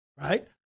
right